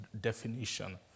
definition